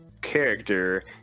Character